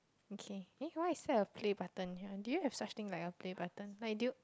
okay eh why is there a play button here do you have such thing like a play button like do you